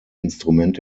instrument